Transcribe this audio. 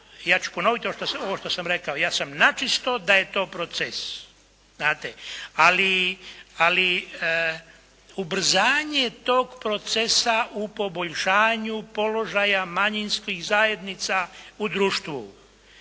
Ja ću ponoviti ovo što sam rekao. Ja sam na čisto da je to proces znate, ali ubrzanje tog procesa u poboljšanju položaja manjinskih zajednica u društvu.